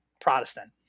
protestant